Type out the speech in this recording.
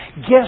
guess